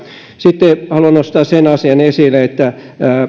sitten haluan nostaa sen asian esille että